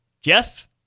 Jeff